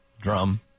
drum